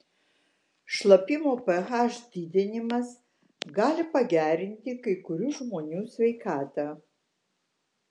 šlapimo ph didinimas gali pagerinti kai kurių žmonių sveikatą